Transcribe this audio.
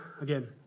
again